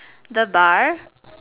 the bar